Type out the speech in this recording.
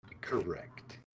Correct